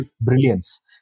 brilliance